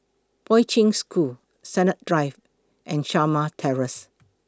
Poi Ching School Sennett Drive and Shamah Terrace